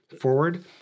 forward